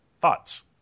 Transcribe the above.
thoughts